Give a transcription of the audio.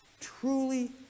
Truly